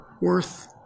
worth